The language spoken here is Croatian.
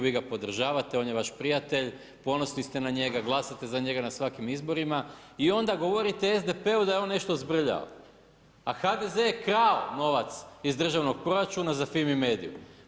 Vi ga podržavate, vi ga prijatelj, ponosni ste na njega, glasate za njega na svakim izborima i onda govorite SDP-u da je on nešto zbrljao, a HDZ-e je krao novac iz državnog proračuna za Fimi mediju.